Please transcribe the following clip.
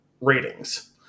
ratings